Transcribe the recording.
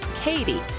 Katie